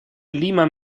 lima